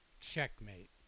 Checkmate